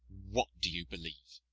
what do you believe?